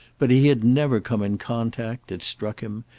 but he had never come in contact, it struck him,